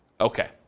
Okay